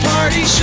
Party